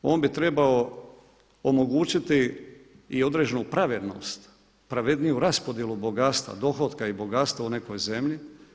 On bi trebao omogućiti i određenu pravednost, pravedniju raspodjelu bogatstva, dohotka i bogatstva u nekoj zemlji.